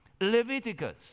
Leviticus